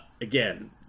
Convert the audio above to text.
again